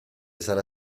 sarà